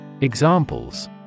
Examples